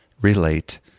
relate